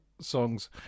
songs